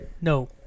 No